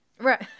Right